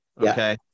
Okay